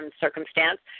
circumstance